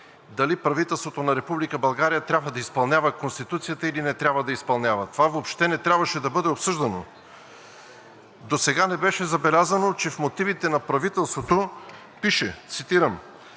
дали правителството на Република България трябва да изпълнява Конституцията, или не трябва да я изпълнява. Това въобще не трябваше да бъде обсъждано! Досега не беше забелязано, че в мотивите на правителството пише, цитирам: